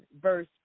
verse